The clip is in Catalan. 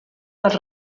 dels